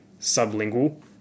sublingual